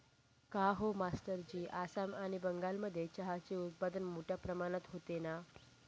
काहो मास्टरजी आसाम आणि बंगालमध्ये चहाचे उत्पादन मोठया प्रमाणात होते ना